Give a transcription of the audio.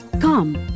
Come